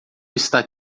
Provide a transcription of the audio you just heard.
está